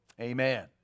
Amen